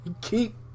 keep